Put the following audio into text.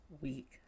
week